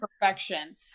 perfection